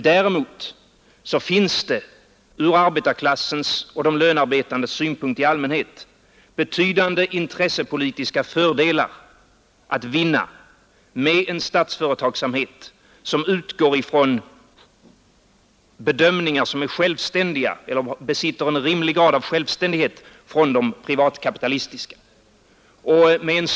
Däremot finns det från arbetarklassens och de lönearbetandes synpunkt i allmänhet betydande intressepolitiska fördelar att vinna med en statsföretagsamhet som utgår från bedömningar som besitter en rimlig grad av självständighet gentemot de privatkapitalistiska bedömningarna.